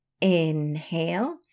Inhale